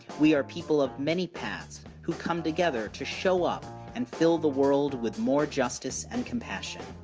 we are people of many paths who come together to show up and fill the world with more justice and compassion.